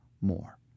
more